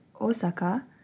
Osaka